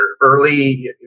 early